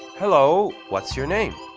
hello! what's your name?